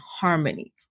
harmony